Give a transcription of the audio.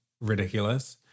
ridiculous